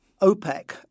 OPEC